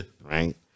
Right